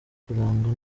kurangwa